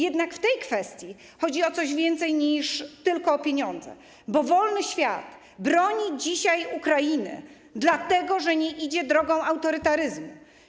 Jednak w tej kwestii chodzi o coś więcej niż tylko o pieniądze, bo wolny świat broni dzisiaj Ukrainy dlatego, że nie idzie drogą autorytaryzmu.